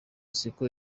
siko